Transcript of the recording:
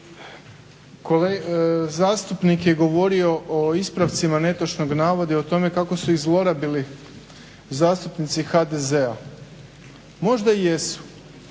Zastupnik je govorio o ispravcima netočnog navoda i o tome kako su ih zlorabili zastupnici HDZ-a. Možda i jesu